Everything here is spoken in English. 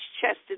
chested